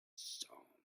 cents